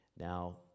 Now